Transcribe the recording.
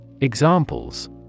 Examples